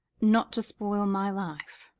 not to spoil my life?